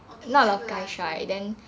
okay true lah true